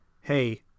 hey